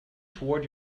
toward